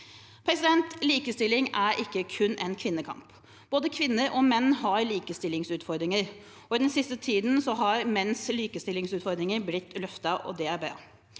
i planen. Likestilling er ikke kun kvinnekamp. Både kvinner og menn har likestillingsutfordringer, og i den siste tiden har menns likestillingsutfordringer blitt løftet. Det er bra.